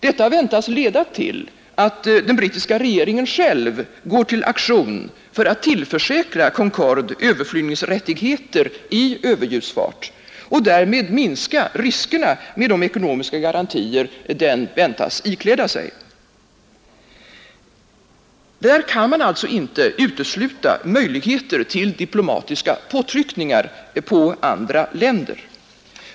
Detta väntas leda till att den brittiska regeringen själv går till aktion för att tillförsäkra Concorde överflygningsrättigheter i överljudsfart och därmed minska riskerna med de ekonomiska garantier den väntas ikläda sig. En situation kan därmed komma att inträffa där man alltså inte kan utesluta möjligheterna av diplomatiska påtryckningar på andra länder.